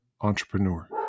entrepreneur